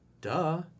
Duh